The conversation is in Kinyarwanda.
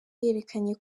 yerekanye